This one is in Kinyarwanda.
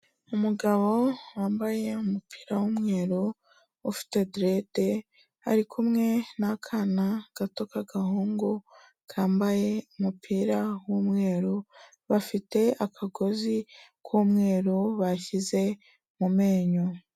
Umugabo wambaye umupira w'umweru, ufite derede, ari kumwe n'akana gato, k'agahungu, kambaye umupira w'umweru, bafite akagozi k'umweru bashyize mu menyo.